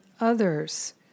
others